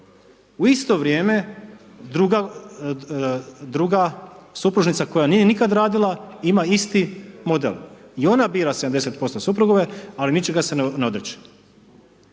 U isto vrijeme, druga supružnica koja nije nikad radila, ima isti model, i ona bira 70% suprugove, ali ničega se ne odriče.